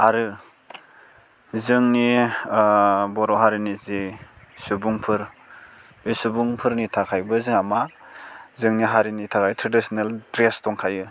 आरो जोंनि बर' हारिनि जि सुबुंफोर बे सुबुंफोरनि थाखायबो जोंहा मा जोंनि हारिनि थाखाय ट्रेडिसिनेल ड्रेस दंखायो